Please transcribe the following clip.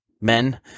men